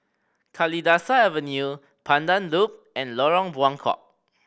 Kalidasa Avenue Pandan Loop and Lorong Buangkok